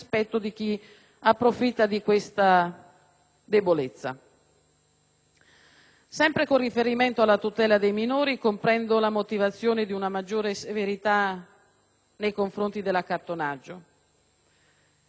Sempre con riferimento alla tutela dei minori, comprendo la motivazione di una maggiore severità nei confronti dell'accattonaggio, che è una prassi che effettivamente degrada chi vi è costretto.